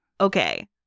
Okay